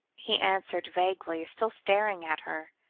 he answered vaguely, still staring at her.